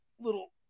little